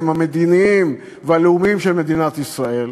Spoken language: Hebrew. המדיניים והלאומיים של מדינת ישראל,